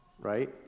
Right